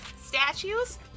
statues